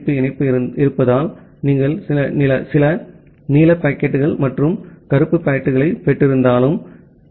B இணைப்பு இருப்பதால் நீங்கள் நீல பாக்கெட்டுகள் மற்றும் கருப்பு பாக்கெட்டுகளைப் பெற்றிருந்தாலும் டி